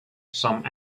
some